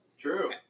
True